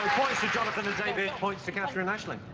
points to jonathan and david, points to katherine and aisling.